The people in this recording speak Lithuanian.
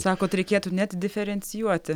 sakot reikėtų net diferencijuoti